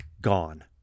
gone